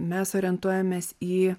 mes orientuojamės į